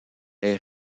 est